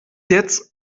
jetzt